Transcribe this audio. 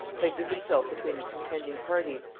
places himself between the contending parties,